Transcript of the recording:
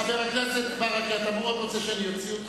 חבר הכנסת ברכה, אתה מאוד רוצה שאני אוציא אותך?